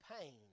pain